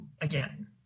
again